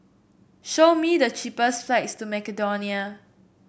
show me the cheapest flight to Macedonia